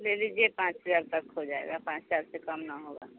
ले लीजिए पाँच हज़ार तक हो जाएगा पाँच हज़ार से कम न होगा